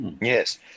Yes